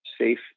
safe